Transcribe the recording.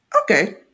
Okay